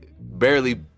barely